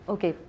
Okay